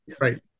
right